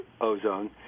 ozone